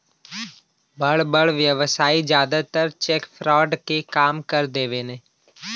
बड़ बड़ व्यवसायी जादातर चेक फ्रॉड के काम कर देवेने